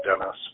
Dennis